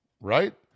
right